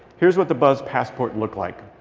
here's what the buzz passport looked like.